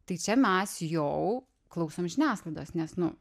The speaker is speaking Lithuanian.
tai čia mes jau klausom žiniasklaidos nes nu